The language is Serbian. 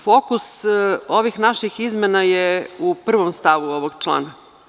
Fokus ovih naših izmena je u prvom stavu ovog člana.